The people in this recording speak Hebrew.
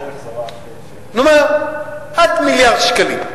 נאמר עד מיליארד שקלים,